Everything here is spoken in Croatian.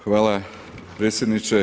Hvala predsjedniče.